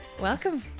Welcome